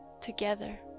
together